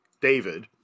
David